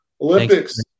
Olympics